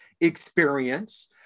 experience